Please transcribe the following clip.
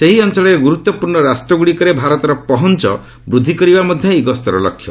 ସେହି ଅଞ୍ଚଳରେ ଗୁରୁତ୍ୱପୂର୍ଣ୍ଣ ରାଷ୍ଟ୍ରଗୁଡ଼ିକରେ ଭାରତର ପହଞ୍ଚ ବୃଦ୍ଧି କରିବା ମଧ୍ୟ ଏହି ଗସ୍ତର ଲକ୍ଷ୍ୟ